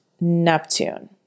Neptune